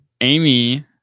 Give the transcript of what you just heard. Amy